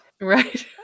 right